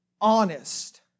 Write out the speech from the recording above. honest